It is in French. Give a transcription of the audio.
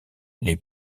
les